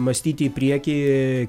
mąstyti į priekį